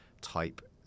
type